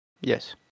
Yes